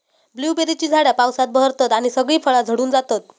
ब्लूबेरीची झाडा पावसात बहरतत आणि सगळी फळा झडून जातत